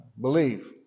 believe